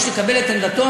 יש לקבל את עמדתו.